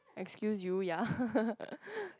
excuse you ya